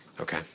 Okay